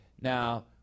Now